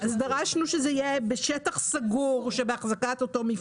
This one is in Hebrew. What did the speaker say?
דרשנו שזה יהיה בשטח סגור שאחזקת אותו מפעל